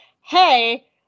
hey